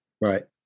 Right